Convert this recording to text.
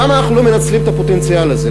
למה אנחנו לא מנצלים את הפוטנציאל הזה?